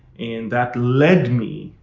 and that led me